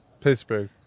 Pittsburgh